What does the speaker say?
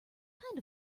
kind